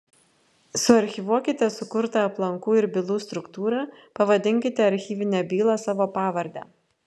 suarchyvuokite sukurtą aplankų ir bylų struktūrą pavadinkite archyvinę bylą savo pavarde